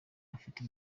ufite